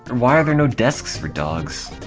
why are there no desks for dogs